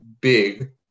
big